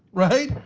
right?